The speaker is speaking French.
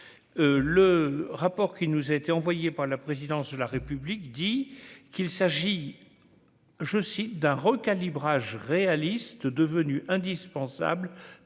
le rapport qui nous a été envoyé par la présidence de la République, dit qu'il s'agit, je cite, d'un recalibrage réaliste devenu indispensable